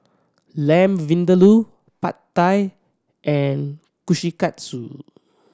Lamb Vindaloo Pad Thai and Kushikatsu